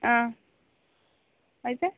అయితే